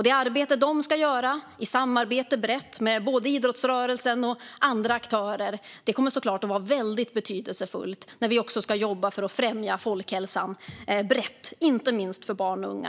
Det arbete kommittén ska göra i brett samarbete med idrottsrörelsen och andra aktörer kommer också att vara väldigt betydelsefullt när vi ska jobba för att främja folkhälsan brett efter pandemin, inte minst för barn och unga.